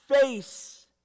face